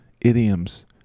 Idioms